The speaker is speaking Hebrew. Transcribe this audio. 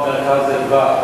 שדוח "מרכז אדוה"